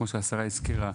כמו שהשרה הזכירה,